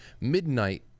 Midnight